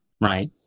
right